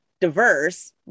diverse